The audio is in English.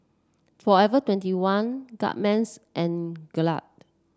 forever twenty one Guardsman and Gelare